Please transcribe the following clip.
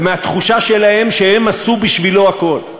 ומהתחושה שלהם שהם עשו בשבילו הכול.